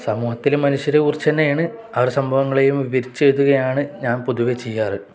സമൂഹത്തിലെ മനുഷ്യരെ കുറിച്ചു തന്നെയാണ് ആ ഒരു സംഭവങ്ങളെയും വിവരിച്ചു എഴുതുകയാണ് ഞാൻ പൊതുവെ ചെയ്യാറുള്ളത്